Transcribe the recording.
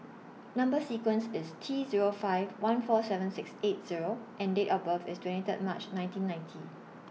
Number sequence IS T Zero five one four seven six eight Zero and Date of birth IS twenty Third March nineteen ninety